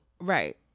right